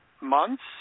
months